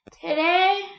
Today